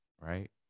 right